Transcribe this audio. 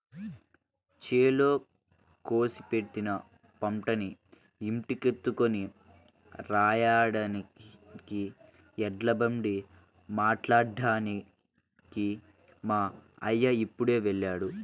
చేలో కోసి పెట్టిన పంటని ఇంటికెత్తుకొని రాడానికి ఎడ్లబండి మాట్లాడ్డానికి మా అయ్య ఇప్పుడే వెళ్ళాడు